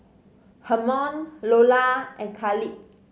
Hermon Loula and Khalid